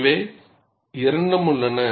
எனவே இரண்டும் உள்ளன